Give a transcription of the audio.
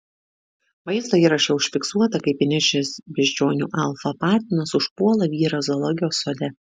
vaizdo įraše užfiksuota kaip įniršęs beždžionių alfa patinas užpuola vyrą zoologijos sode